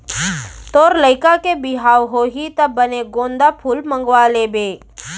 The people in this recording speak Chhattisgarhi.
तोर लइका के बिहाव होही त बने गोंदा फूल मंगवा लेबे